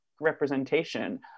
representation